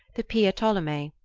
the pia tolomei,